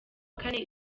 kane